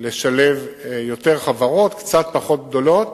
לשלב יותר חברות קצת פחות גדולות